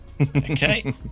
okay